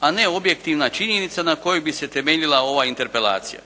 a ne objektivna činjenica na kojoj bi se temeljila ova interpelacija.